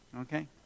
Okay